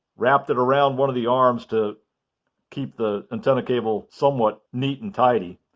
wrapped it around one of the arms to keep the antenna cable somewhat neat and tidy,